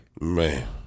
Man